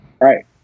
Right